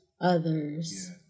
others